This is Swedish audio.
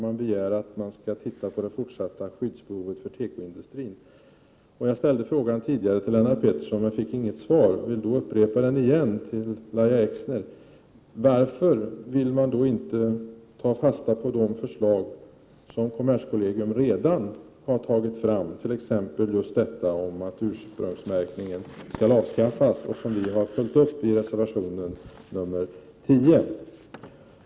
Man begär att kommerskollegium skall se på det fortsatta skyddsbehovet för tekoindustrin. Jag ställde tidigare en fråga till Lennart Pettersson, men fick den inte besvarad. Jag vill då upprepa den och fråga Lahja Exner: Varför vill man inte ta fasta på de förslag som kommerskollegium redan har tagit fram, t.ex. just detta att ursprungsmärkningen skall avskaffas? Vi har följt upp den frågan i reservation 10.